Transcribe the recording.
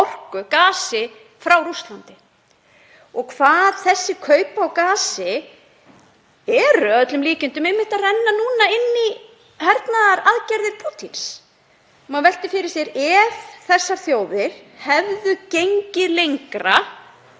orku, gasi, frá Rússlandi og hvað þessi kaup á gasi eru að öllum líkindum einmitt að renna núna inn í hernaðaraðgerðir Pútíns. Maður veltir fyrir sér: Ef þessar þjóðir hefðu gengið lengra